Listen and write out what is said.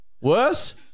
Worse